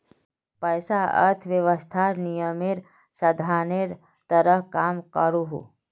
पैसा अर्थवैवस्थात विनिमयेर साधानेर तरह काम करोहो